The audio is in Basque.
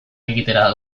egitera